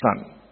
son